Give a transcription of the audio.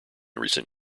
recent